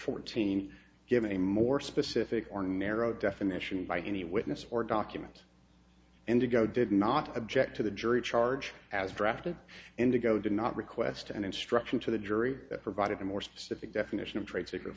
fourteen given a more specific or narrow definition by any witness or document indigo did not object to the jury charge as drafted indigo did not request an instruction to the jury that provided a more specific definition of trade secret